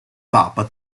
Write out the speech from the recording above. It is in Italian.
papa